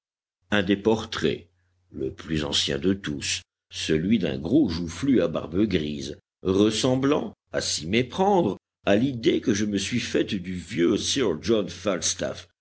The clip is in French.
un des portraits le plus ancien de tous celui d'un gros joufflu à barbe grise ressemblant à s'y méprendre à l'idée que je me suis faite du vieux sir john falstaff